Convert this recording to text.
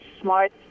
smart